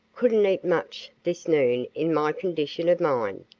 couldn't eat much this noon in my condition of mind,